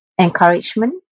encouragement